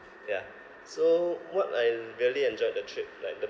yeah so what I really enjoyed the trip like the